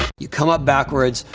you come up backwards,